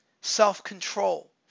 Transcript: self-control